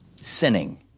sinning